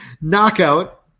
knockout